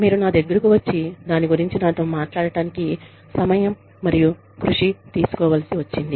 మీరు నా దగ్గరకు వచ్చి దాని గురించి నాతో మాట్లాడటానికి సమయం మరియు కృషి తీసుకోవలసి వచ్చింది